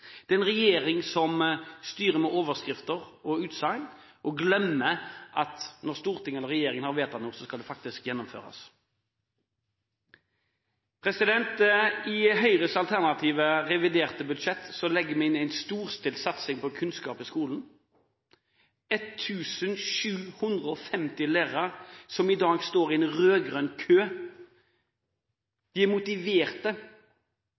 Det er en regjering som styrer med overskrifter og utsagn, og de glemmer at når Stortinget eller regjeringen har vedtatt noe, skal det faktisk gjennomføres. I Høyres alternative reviderte budsjett legger vi inn en storstilt satsing på kunnskap i skolen. 1 750 lærere som i dag står i en